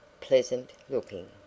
pleasant-looking